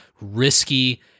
risky